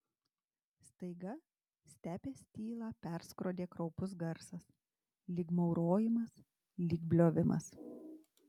staiga stepės tylą perskrodė kraupus garsas lyg maurojimas lyg bliovimas